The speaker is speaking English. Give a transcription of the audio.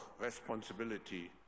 responsibility